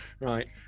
right